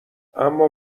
اما